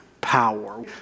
power